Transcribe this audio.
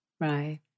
Right